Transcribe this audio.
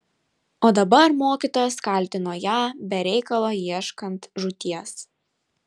o dabar mokytojas kaltino ją be reikalo ieškant žūties